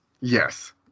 Yes